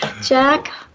Jack